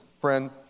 friend